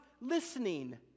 listening